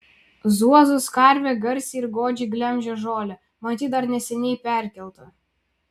zuozos karvė garsiai ir godžiai glemžia žolę matyt dar neseniai perkelta